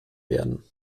werden